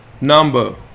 number